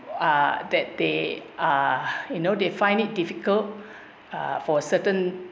uh that they uh you know they find it difficult uh for a certain